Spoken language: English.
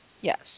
Yes